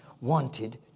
wanted